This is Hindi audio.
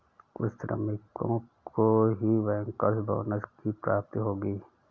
कुछ श्रमिकों को ही बैंकर्स बोनस की प्राप्ति होगी